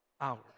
hours